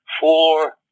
four